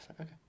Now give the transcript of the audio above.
Okay